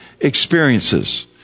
experiences